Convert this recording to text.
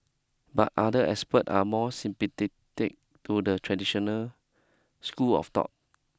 but other expert are more sympathetic to the traditional school of thought